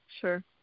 sure